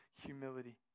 humility